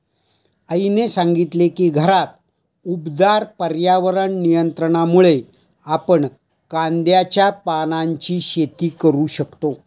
आईने सांगितले की घरात उबदार पर्यावरण नियंत्रणामुळे आपण कांद्याच्या पानांची शेती करू शकतो